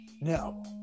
no